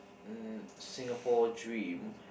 mm Singapore dream